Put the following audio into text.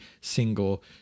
single